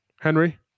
Henry